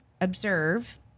observe